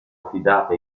affidata